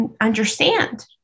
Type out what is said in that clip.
understand